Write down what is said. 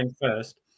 First